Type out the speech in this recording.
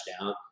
down